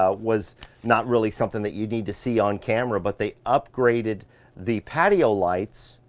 ah was not really something that you'd need to see on camera, but they upgraded the patio lights,